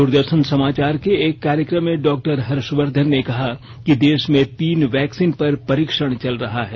दूरदर्शन समाचार के एक कार्यक्रम में डॉक्टर हर्षवर्धन ने कहा कि देश में तीन वैक्सीन पर परीक्षण चल रहा है